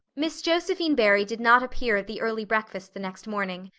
miss josephine barry did not appear at the early breakfast the next morning.